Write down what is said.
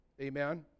Amen